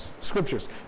scriptures